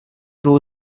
two